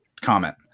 comment